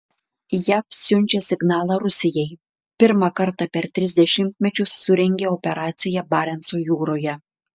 jav siunčia signalą rusijai pirmą kartą per tris dešimtmečius surengė operaciją barenco jūroje